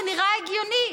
זה נראה הגיוני.